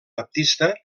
baptista